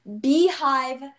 Beehive